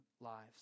lives